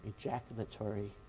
ejaculatory